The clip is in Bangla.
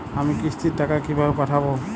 আমি কিস্তির টাকা কিভাবে পাঠাব?